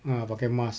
ah pakai mask